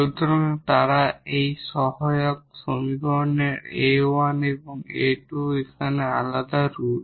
সুতরাং তারা এই অক্সিলিয়ারি সমীকরণের 𝑎1 এবং 𝑎2 এখানে আলাদা রুট